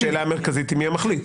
והשאלה המרכזית היא מי המחליט.